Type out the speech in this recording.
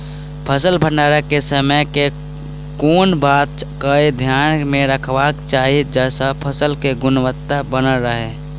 फसल भण्डारण केँ समय केँ कुन बात कऽ ध्यान मे रखबाक चाहि जयसँ फसल केँ गुणवता बनल रहै?